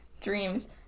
dreams